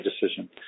decision